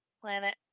planet